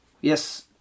Yes